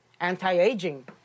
anti-aging